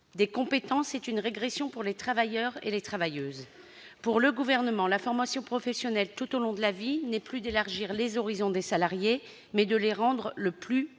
des compétences nous semble être une régression pour les travailleuses et les travailleurs. Pour le Gouvernement, la formation professionnelle tout au long de la vie n'est plus l'occasion d'élargir les horizons des salariés, mais bien de les rendre le plus modulables